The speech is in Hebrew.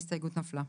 ההסתייגות נפלה.